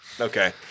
Okay